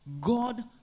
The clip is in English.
God